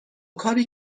کاری